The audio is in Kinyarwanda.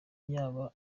yaba